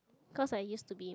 cause I used to be